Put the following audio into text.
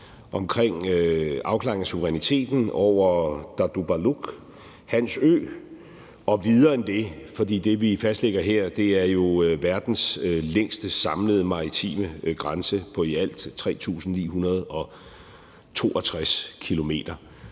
omkring afklaringen af suveræniteten over Tartupaluk, Hans Ø, og videre end det. For det, vi fastlægger her, er jo verdens længste, samlede maritime grænse på i alt 3.962 km,